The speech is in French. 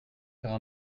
faire